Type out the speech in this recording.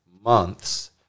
months